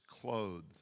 clothed